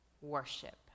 worship